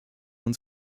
uns